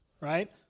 right